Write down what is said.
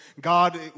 God